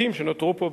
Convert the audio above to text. המעטים שנותרו פה,